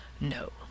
No